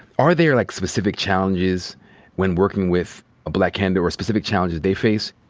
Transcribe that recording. are there, like, specific challenges when working with a black candidate or specific challenges they face?